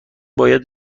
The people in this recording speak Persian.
باید